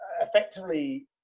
effectively